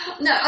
No